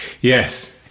yes